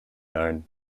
known